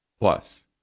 Plus